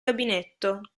gabinetto